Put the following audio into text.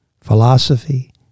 philosophy